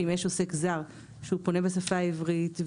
שאם יש עוסק זר שהוא פונה בשפה העברית,